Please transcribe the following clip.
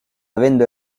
avendo